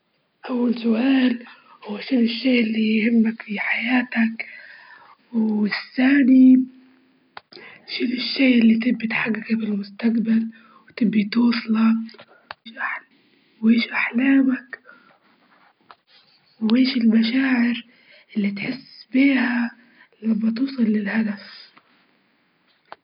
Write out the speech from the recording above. إيه الفن ي- يحسن من المجتمع لإنه يعبر عن مشاعر الناس ويشجعهم على التفكير والتعبير عن عن نفسهم والفن يمكن أن يكون وسيلة للتغيير الاجتماعي والثقافي وتعرف الناس المواهب اللي عندهم.